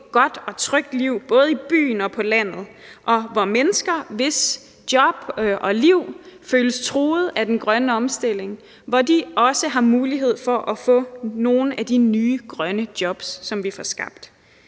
godt og trygt liv både i byen og på landet, og hvor mennesker, hvis job og liv føles truet af den grønne omstilling, også har mulighed for at få nogle af de nye grønne jobs, som vi får skabt.